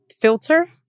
filter